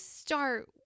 start